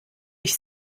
ich